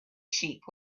sheep